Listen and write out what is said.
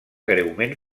greument